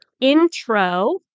intro